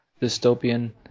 dystopian